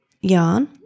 yarn